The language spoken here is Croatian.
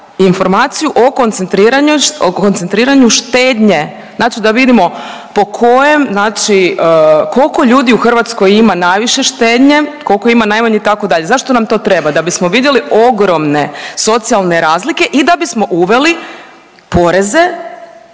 informaciju o koncentriranju štednje. Znači da vidimo po kojem znači koliko ljudi u Hrvatskoj ima najviše štednje, koliko ima najmanje itd. Zašto nam to treba? Da bismo vidjeli ogromne socijalne razlike i da bismo uveli poreze